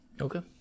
Okay